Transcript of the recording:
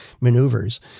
maneuvers